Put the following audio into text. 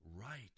right